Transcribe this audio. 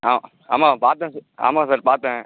ஆ ஆமாம் பார்த்தேன் ஆமாம் சார் பார்த்தேன்